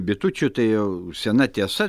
bitučių tai jau sena tiesa